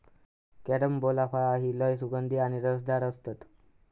carambola फळा ही लय सुगंधी आणि रसदार असतत